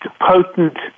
potent